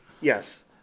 Yes